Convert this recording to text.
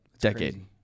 Decade